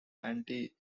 anti